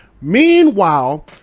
Meanwhile